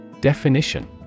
Definition